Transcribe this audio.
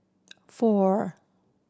four